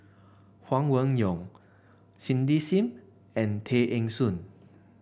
Huang Wenhong Cindy Sim and Tay Eng Soon